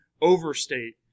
overstate